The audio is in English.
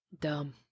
dumb